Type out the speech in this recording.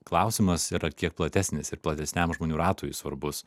klausimas yra kiek platesnis ir platesniam žmonių ratui svarbus